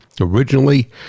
originally